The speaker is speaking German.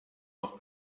noch